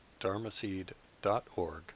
dharmaseed.org